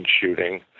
shooting